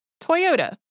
Toyota